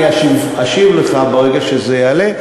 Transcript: אני אשיב לך ברגע שזה יעלה.